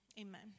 Amen